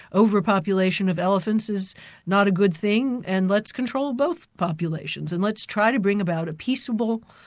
over-population of elephants is not a good thing, and let's control both populations, and let's try to bring about a peaceable,